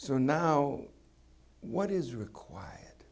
so now what is required